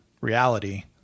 reality